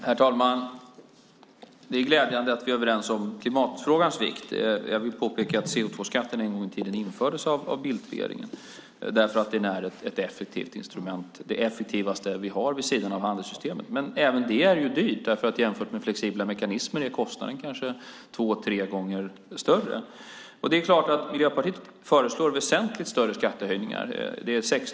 Herr talman! Det är glädjande att vi är överens om klimatfrågans vikt. Jag vill påpeka att CO2-skatten en gång i tiden infördes av Bildtregeringen. Den är ett effektivt instrument - det effektivaste vi har vid sidan av handelssystemet. Men även det är dyrt. Jämfört med flexibla mekanismer är kostnaden kanske två tre gånger större. Miljöpartiet föreslår väsentligt större skattehöjningar.